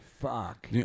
Fuck